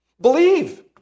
Believe